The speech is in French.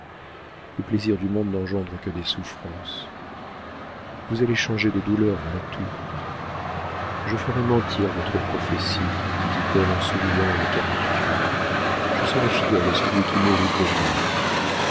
les plaisirs du monde n'engendrent que des souffrances vous allez changer de douleurs voilà tout je ferai mentir votre prophétie dit elle en souriant avec amertume je serai fidèle à celui qui mourut pour moi